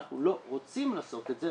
אנחנו לא רוצים לעשות את זה,